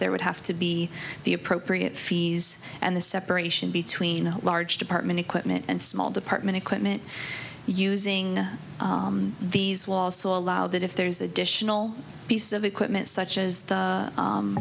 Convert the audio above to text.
there would have to be the appropriate fees and the separation between the large department equipment and small department equipment using these walls to allow that if there's additional piece of equipment such as